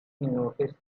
noticed